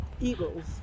Eagles